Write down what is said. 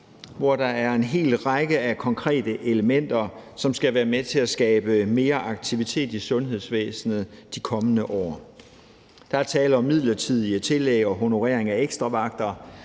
hvor der er en hel række af konkrete elementer, som skal være med til at skabe mere aktivitet i sundhedsvæsenet de kommende år. Der er tale om midlertidige tillæg og honorering af ekstra vagter;